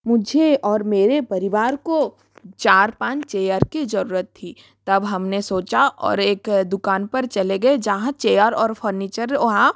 मुझे और मेरे परिवार को चार पाँच चेयर की ज़रूरत थी तब हमने सोचा और एक दुकान पर चले गए जहाँ चेयर और फर्नीचर वहाँ